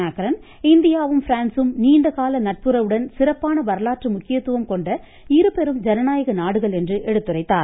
Macron இந்தியாவும் பிரான்சும் நீண்ட கால நட்புறவுடன் சிறப்பான வரலாற்று முக்கியத்துவம் கொண்ட இருபெரும் ஜனநாயக நாடுகள் என்று எடுத்துரைத்தார்